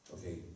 Okay